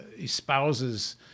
espouses